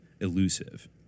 elusive